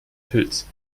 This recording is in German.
pilz